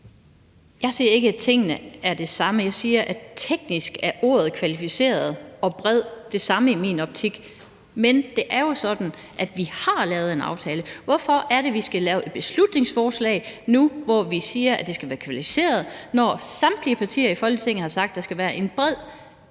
Jeg siger ikke, at tingene er de samme. Jeg siger, at teknisk er ordet kvalificeret og bred det samme i min optik. Men det er jo sådan, at vi har lavet en aftale. Hvorfor skal vi lave et beslutningsforslag nu, hvor vi siger, at det skal være kvalificerede flertal, når samtlige partier i Folketinget har sagt, at der skal være en bred